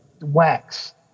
wax